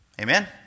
Amen